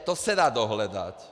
To se dá dohledat.